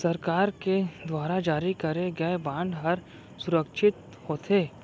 सरकार के दुवार जारी करे गय बांड हर सुरक्छित होथे